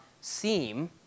seem